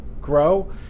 grow